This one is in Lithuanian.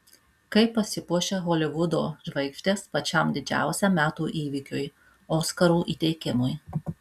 kaip pasipuošia holivudo žvaigždės pačiam didžiausiam metų įvykiui oskarų įteikimui